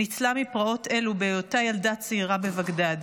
ניצלה מפרעות אלו בהיותה ילדה צעירה בבגדד.